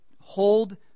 hold